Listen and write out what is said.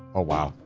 ah wow.